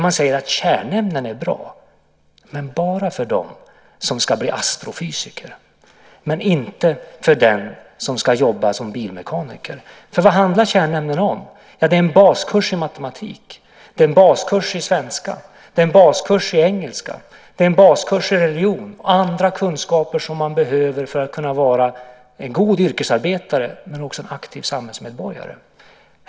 Man säger att kärnämnen är bra men bara för dem som ska bli astrofysiker, men inte för den som ska jobba som bilmekaniker. Vad handlar kärnämnena om? Ja, det är en baskurs i matematik, en baskurs i svenska, en baskurs i engelska, en baskurs i religion och andra kunskaper som man behöver för att kunna vara en god yrkesarbetare men också en aktiv samhällsmedborgare.